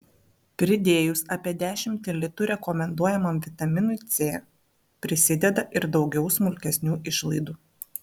pridėjus apie dešimtį litų rekomenduojamam vitaminui c prisideda ir daugiau smulkesnių išlaidų